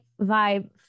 vibe